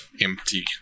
empty